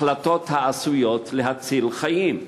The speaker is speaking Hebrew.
החלטות העשויות להציל חיים.